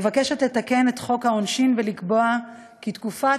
מבקשת לתקן את חוק העונשין ולקבוע כי תקופת